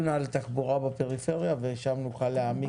נראה לי שזאת התשובה, שלהוביל ולהנהיג